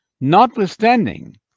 notwithstanding